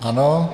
Ano.